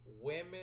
women